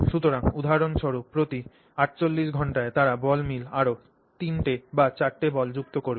সুতরাং উদাহরণ হিসাবে প্রতি 48 ঘন্টায় তারা বল মিলে আরও 3 টি বা 4 টি বল যুক্ত করবে